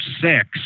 six